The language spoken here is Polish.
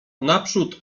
naprzód